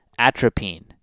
atropine